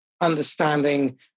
understanding